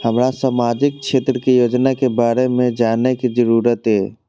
हमरा सामाजिक क्षेत्र के योजना के बारे में जानय के जरुरत ये?